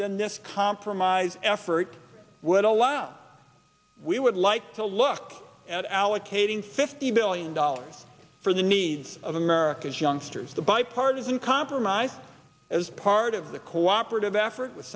than this compromise effort would allow we would like to look at allocating fifty million dollars for the needs of america's youngsters the bipartisan compromise as part of the cooperative effort with